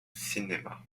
cinéma